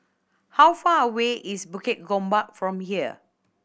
how far away is Bukit Gombak from here